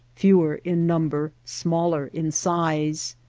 fewer in number, smaller in size.